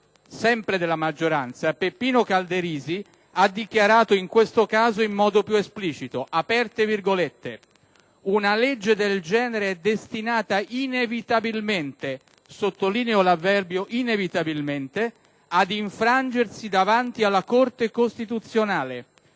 della maggioranza, Peppino Calderisi, ha dichiarato, in questo caso in modo più esplicito: «Una legge del genere è destinata inevitabilmente» (sottolineo l'avverbio "inevitabilmente") «ad infrangersi davanti alla Corte costituzionale,